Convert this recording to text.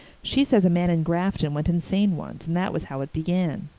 she says a man in grafton went insane once and that was how it began.